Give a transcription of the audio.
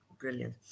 Brilliant